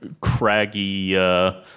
craggy